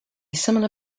similar